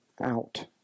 out